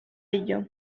ellos